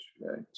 right